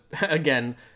again